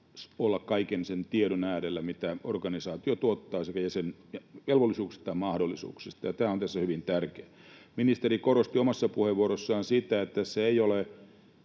olla kaiken sen tiedon äärellä, mitä organisaatio tuottaa sen velvollisuuksista ja mahdollisuuksista, ja tämä on tässä hyvin tärkeää. Ministeri korosti omassa puheenvuorossaan sitä, että tässä ei ole